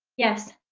yes.